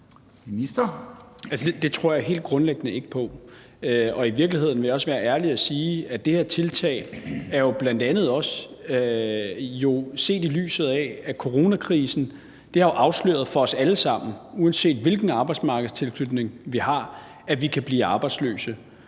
Det tror jeg helt grundlæggende ikke på. Og i virkeligheden vil jeg også være ærlig og sige, at det her tiltag jo bl.a. også er taget, set i lyset af at coronakrisen har afsløret for os alle sammen, at vi, uanset hvilken arbejdsmarkedstilknytning vi har, kan blive arbejdsløse.